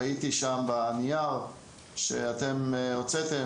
ראיתי בנייר שהוצאתם,